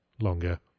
longer